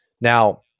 Now